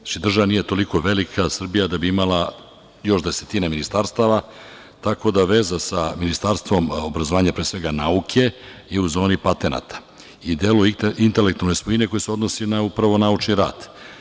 Naša država Srbija nije toliko velika da bi imala još desetine ministarstava, tako da veza sa Ministarstvom obrazovanja, pre svega nauke, je u zoni patenata i delu intelektualne svojine koji se odnosi upravo na naučni rad.